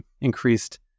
increased